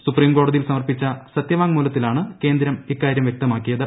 സുപ്രീംകോടതിയിൽ സമർപ്പിച്ച സത്യവാങ്മൂലത്തിലാണ് കേന്ദ്രം ഇക്കാരൃം വൃക്തമാക്കിയത്